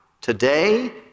Today